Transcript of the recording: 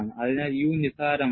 അതിനാൽ U നിസാരമാണ്